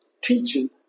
teaching